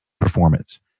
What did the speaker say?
performance